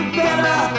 better